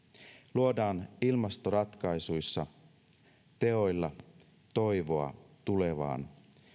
luodaan ilmastoratkaisuissa teoilla toivoa tulevaan